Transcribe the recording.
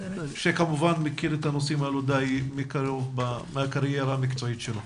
שכמובן מכיר את הנושאים הללו די מקרוב מהקריירה המקצועית שלו.